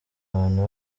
abantu